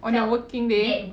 on a working day